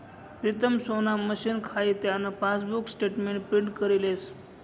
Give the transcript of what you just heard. प्रीतम सोना मशीन खाई त्यान पासबुक स्टेटमेंट प्रिंट करी लेस